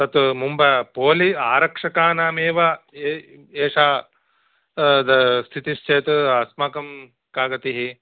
तत् मुम्ब पोलिस् आरक्षकाणामेव ए एषा स्थितिश्चेत् अस्माकं का गतिः